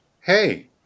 hey